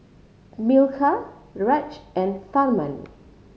Milkha Raj and Tharman